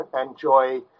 enjoy